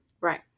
Right